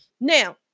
now